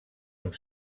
amb